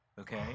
okay